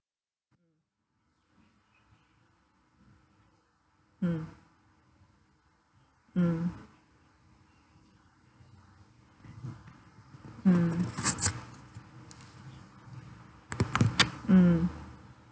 mm mm mm mm